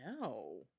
No